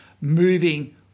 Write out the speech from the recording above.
moving